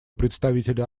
представителя